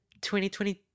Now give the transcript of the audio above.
2020